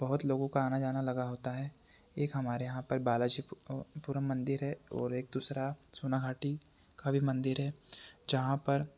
बहुत लोगों का आना जाना लगा रहता है एक हमारे यहाँ पर बालाजीपुरम मंदिर है और एक दूसरा सोनाघाटी का भी मंदिर है जहाँ पर